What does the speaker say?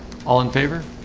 all in favor